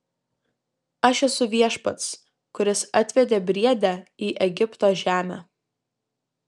aš esu viešpats kuris atvedė briedę į egipto žemę